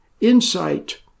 insight